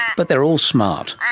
but they are all smart,